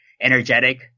energetic